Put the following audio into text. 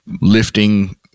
lifting